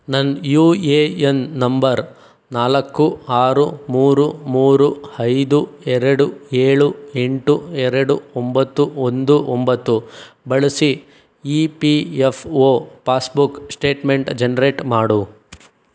ನನ್ನ U A N number ನಾಲ್ಕು ಆರು ಮೂರು ಮೂರು ಐದು ಎರಡು ಏಳು ಎಂಟು ಎರಡು ಒಂಬತ್ತು ಒಂದು ಒಂಬತ್ತು ಬಳಸಿ E P F O passbook statement generate ಮಾಡು